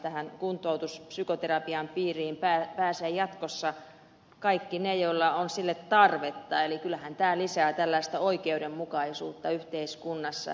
tähän kuntoutuspsykoterapian piiriin pääsevät jatkossa kaikki ne joilla on siihen tarvetta eli kyllähän tämä lisää oikeudenmukaisuutta yhteiskunnassa